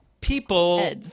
people